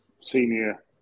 senior